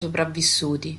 sopravvissuti